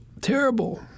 terrible